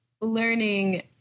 learning